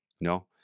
No